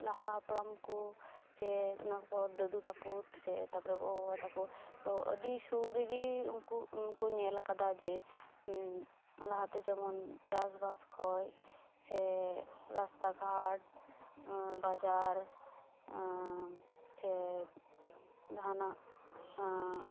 ᱞᱟᱦᱟ ᱦᱟᱯᱟᱲᱟᱢ ᱠᱚ ᱥᱮ ᱚᱱᱟ ᱯᱚᱨ ᱫᱟᱫᱩ ᱛᱟᱠᱚ ᱥᱮ ᱛᱟᱯᱚᱨ ᱜᱚᱜᱚᱼᱵᱟᱵᱟ ᱛᱟᱠᱚ ᱛᱚ ᱟᱹᱰᱤ ᱥᱩᱨ ᱨᱮᱜᱮ ᱩᱱᱱᱠᱩ ᱩᱱᱠᱚ ᱧᱮᱞ ᱟᱠᱟᱫᱟ ᱡᱮ ᱞᱟᱦᱟ ᱛᱮ ᱡᱮᱢᱚᱱ ᱪᱟᱥ ᱵᱟᱥ ᱠᱷᱚᱡ ᱥᱮ ᱨᱟᱥᱛᱟ ᱜᱷᱟᱴ ᱵᱟᱡᱟᱨ ᱥᱮ ᱡᱟᱦᱟᱱᱟᱜ